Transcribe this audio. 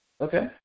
Okay